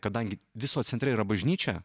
kadangi visko centre yra bažnyčia